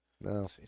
No